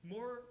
More